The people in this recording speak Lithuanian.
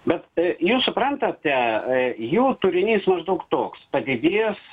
bet jie suprantate jo turinys maždaug toks padidėjęs